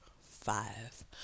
five